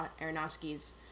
Aronofsky's